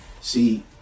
see